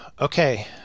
Okay